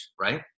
right